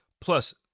Plus